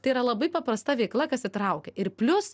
tai yra labai paprasta veikla kas įtraukia ir plius